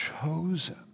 chosen